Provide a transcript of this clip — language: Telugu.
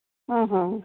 ఆహా